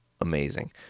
Amazing